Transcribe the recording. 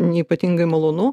neypatingai malonu